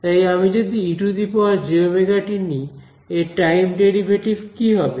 তাই আমি যদি ejωt নিই এর টাইম ডেরিভেটিভ কি হবে